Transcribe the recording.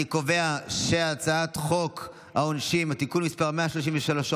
אני קובע שהצעת חוק העונשין (תיקון מס' 133,